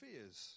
fears